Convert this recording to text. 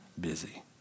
busy